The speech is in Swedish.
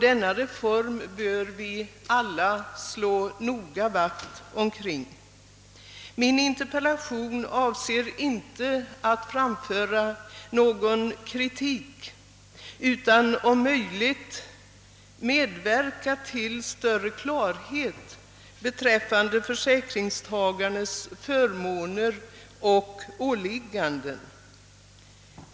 Därför bör vi alla slå vakt om denna reform. Min interpellation avser heller inte att framföra någon kritik, utan jag har om möjligt velat medverka till större klarhet beträffande försäkringstagarnas förmåner och åligganden.